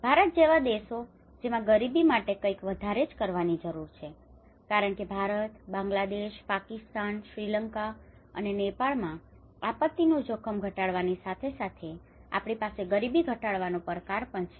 ભારત જેવા દેશો જેમાં ગરીબી માટે કઈક વધારે જ કરવાની જરૂર છે કારણ કે ભારત બાંગ્લાદેશ પાકિસ્તાન શ્રીલંકા અને નેપાળમાં આપત્તિનુ જોખમ ઘટાડવાની સાથે સાથે આપણી પાસે ગરીબી ઘટાડવાનો પડકાર પણ છે